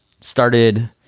Started